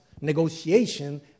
negotiation